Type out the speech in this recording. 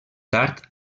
tard